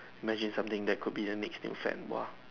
imagine something that could be the next new fad !wah!